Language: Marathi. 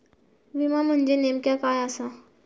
विमा म्हणजे नेमक्या काय आसा?